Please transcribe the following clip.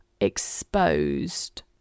exposed